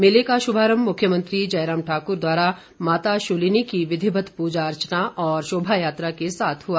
मेले का शुभारम्म मुख्यमंत्री जयराम ठाकुर द्वारा माता शूलिनी की विधिवत पूजा अर्चना और शोभायात्रा के साथ हुआ